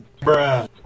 bruh